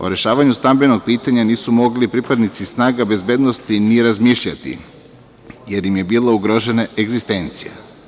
O rešavanju stambenog pitanja nisu mogli pripadnici snaga bezbednosti ni razmišljati, jer im je bila ugrožena egzistencija.